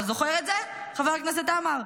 אתה זוכר את זה, חבר הכנסת עמאר?